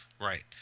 Right